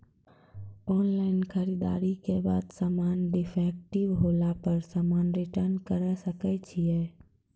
Online खरीददारी के बाद समान डिफेक्टिव होला पर समान रिटर्न्स करे सकय छियै?